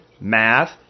math